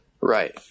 Right